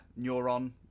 neuron